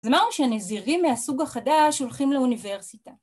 ‫אז אמרנו שהנזירים מהסוג החדש ‫הולכים לאוניברסיטה.